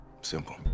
Simple